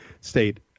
state